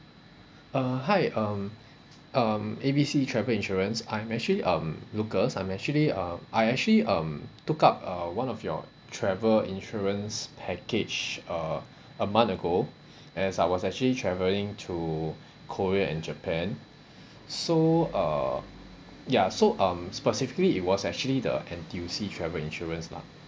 uh hi um um A B C travel insurance I'm actually um lucas I'm actually uh I actually um took up uh one of your travel insurance package uh a month ago as I was actually travelling to korea and japan so uh ya so um specifically it was actually the N_T_U_C travel insurance lah